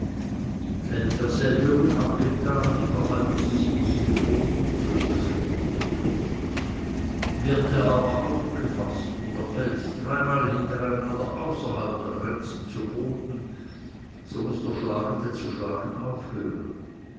fällt derselbe unabgetan innerhalb des zieles zu boden so ist das ein guter punkt wird er aber aufgefaßt oder fällt er dreimal hintereinander außerhalb der grenzen zu boden so muß der schlagende zu schlagen aufhören